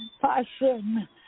passion